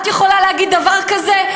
את יכולה להגיד דבר כזה?